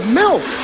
milk